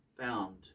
found